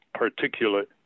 particulate